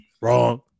Wrong